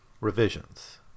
Revisions